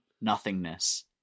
nothingness